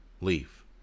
leave